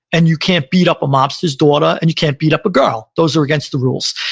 and you can't beat up a mobster's daughter, and you can't beat up a girl. those are against the rules.